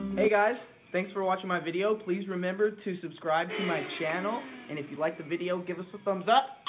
hey guys, thanks for watching my video. please remember to subscribe to my channel and if you like the video give us a thumbs up.